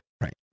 Right